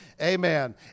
amen